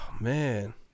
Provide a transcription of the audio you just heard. Man